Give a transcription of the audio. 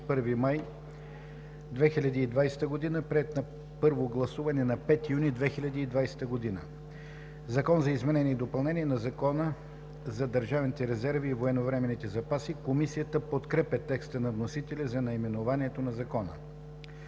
21 май 2020 г. – приет на първо гласуване на 5 юни 2020 г.“ „Закон за изменение и допълнение на Закона за държавните резерви и военновременните запаси (обн., ДВ, бр. ...)“. Комисията подкрепя текста на вносителя за наименованието на Закона.